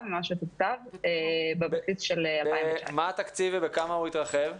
ממה שתוקצב בבסיס של 2019. מה התקציב ובכמה התרחב?